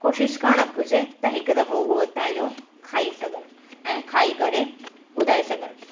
कोशिशि करणु घुरिजे त हिक दफ़ो उहो उतां जो खाई सघनि ऐं खाई करे ॿुधाए सघनि